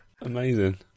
Amazing